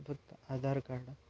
फक्त आधार कार्ड